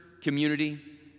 community